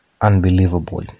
unbelievable